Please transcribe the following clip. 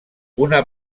una